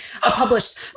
Published